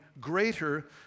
greater